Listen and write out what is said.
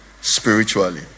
spiritually